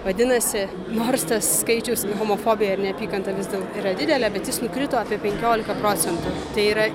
vadinasi nors tas skaičius homofobija ir neapykanta vis dėlto yra didelė bet jis nukrito apie penkiolika procentų tai yra